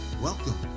Welcome